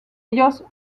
ellos